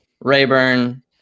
Rayburn